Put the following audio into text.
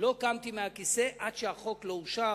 לא קמתי מהכיסא עד שהחוק אושר.